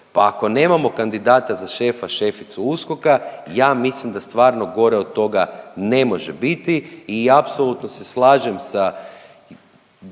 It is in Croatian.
Pa ako nemamo kandidata za šefa, šeficu USKOK-a ja mislim da stvarno gore od toga ne može biti i apsolutno se slažem sa